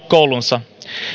koulunsa